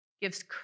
gives